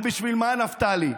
בשביל מה, נפתלי?